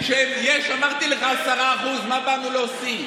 אמרתי לך 10%, מה באנו להוסיף?